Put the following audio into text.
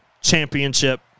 championship